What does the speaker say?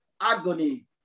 agony